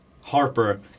Harper